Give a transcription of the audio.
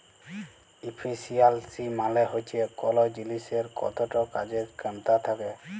ইফিসিয়ালসি মালে হচ্যে কল জিলিসের কতট কাজের খ্যামতা থ্যাকে